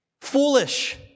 foolish